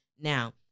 Now